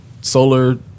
solar